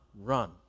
Run